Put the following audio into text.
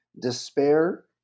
Despair